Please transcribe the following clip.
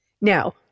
Now